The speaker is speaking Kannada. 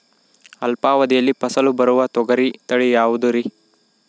ಅಲ್ಪಾವಧಿಯಲ್ಲಿ ಫಸಲು ಬರುವ ತೊಗರಿ ತಳಿ ಯಾವುದುರಿ?